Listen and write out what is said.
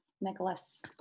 Nicholas